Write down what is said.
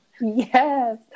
Yes